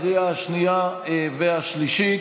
לקריאה השנייה והשלישית.